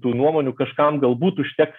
tų nuomonių kažkam galbūt užteks